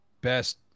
best